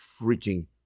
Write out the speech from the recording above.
freaking